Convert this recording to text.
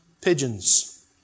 pigeons